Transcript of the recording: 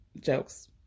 jokes